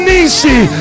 Nisi